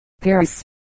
Paris